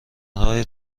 های